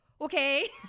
okay